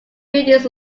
buildings